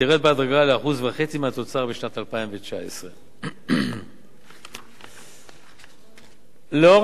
ותרד בהדרגה ל-1.5% מהתוצר בשנת 2019. לאור